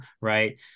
Right